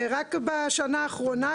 רק בשנה האחרונה,